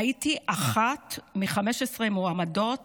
הייתי אחת מ-15 מועמדות